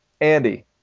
Andy